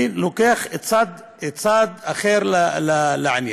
אני לוקח צד אחר של העניין: